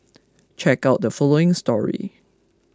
check out the following story